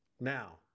Now